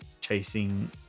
chasing